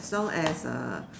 as long as uh